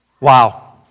Wow